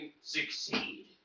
succeed